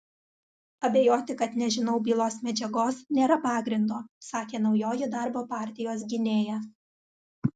abejoti kad nežinau bylos medžiagos nėra pagrindo sakė naujoji darbo partijos gynėja